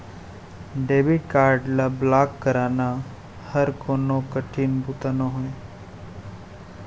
debit card ल block कराना हर कोनो कठिन बूता नोहे